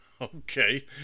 Okay